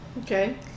okay